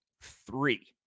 three